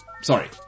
Sorry